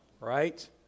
right